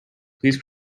please